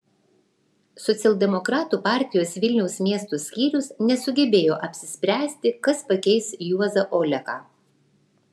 socialdemokratų partijos vilniaus miesto skyrius nesugebėjo apsispręsti kas pakeis juozą oleką